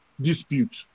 Dispute